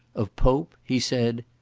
of pope, he said,